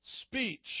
speech